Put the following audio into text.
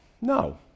No